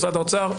משרד האוצר,